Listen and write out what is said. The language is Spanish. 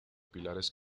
pilares